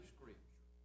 Scripture